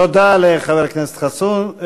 תודה לחבר הכנסת חסון.